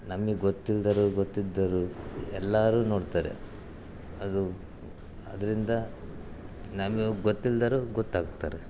ನಮಗೆ ಗೊತ್ತಿಲ್ಲದೋರೋ ಗೊತ್ತಿದ್ದೋರೂ ಎಲ್ಲರೂ ನೋಡ್ತಾರೆ ಅದು ಅದರಿಂದ ನಮಗೆ ಗೊತ್ತಿಲ್ಲದಿರೋರು ಗೊತ್ತಾಗ್ತಾರೆ